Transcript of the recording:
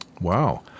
Wow